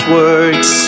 words